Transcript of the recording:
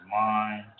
mind